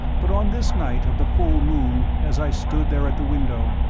but on this night of the full moon as i stood there at the window,